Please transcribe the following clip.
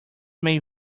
may